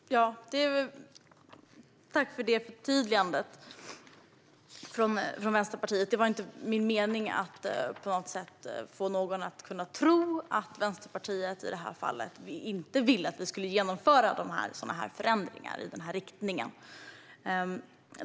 Fru talman! Tack för det förtydligandet från Vänsterpartiet! Det var inte min mening att på något sätt få någon att tro att Vänsterpartiet i det här fallet inte ville att vi skulle genomföra förändringar i den här riktningen.